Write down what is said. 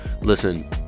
Listen